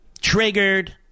Triggered